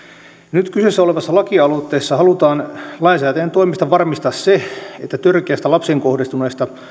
nyt kyseessä olevassa lakialoitteessa halutaan lainsäätäjän toimesta varmistaa se että törkeästä lapseen kohdistuneesta